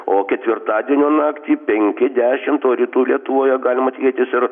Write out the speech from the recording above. o ketvirtadienio naktį penki dešimt o rytų lietuvoje galima tikėtis ir